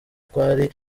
kwari